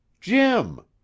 Jim